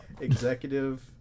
Executive